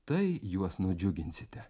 tai juos nudžiuginsite